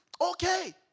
okay